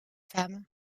femme